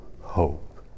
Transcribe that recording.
hope